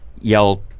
yell